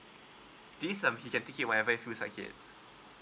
this um he can take it whenever I he feels like it